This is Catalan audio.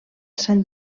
sant